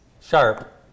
Sharp